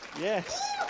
Yes